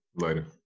Later